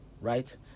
right